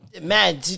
man